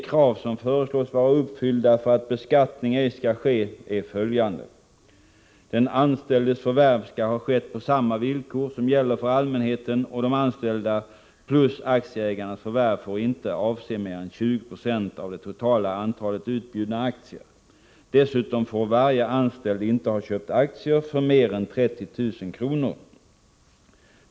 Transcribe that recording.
Kraven för att beskattning ej skall ske är följande. Den anställdes förvärv skall ha skett på samma villkor som gäller för allmänheten, och de anställdas plus aktieägarnas förvärv får inte avse mer än 20 90 av det totala antalet utbjudna aktier. Dessutom får varje anställd inte ha köpt aktier för mer än 30 000 kr.